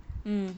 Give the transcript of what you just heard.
mm